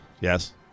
Yes